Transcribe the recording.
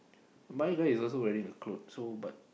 mine guy is also wearing the cloth so but